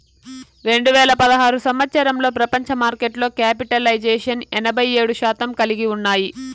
రెండు వేల పదహారు సంవచ్చరంలో ప్రపంచ మార్కెట్లో క్యాపిటలైజేషన్ ఎనభై ఏడు శాతం కలిగి ఉన్నాయి